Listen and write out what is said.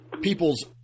people's